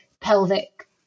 pelvic